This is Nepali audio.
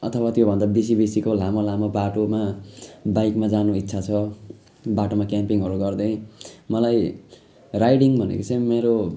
अथवा त्यो भन्दा बेसी बेसीको लामो लामो बाटोमा बाइकमा जानु इच्छा छ बाटोमा क्याम्पिङहरू गर्दै मलाई राइडिङ भनेको चाहिँ मेरो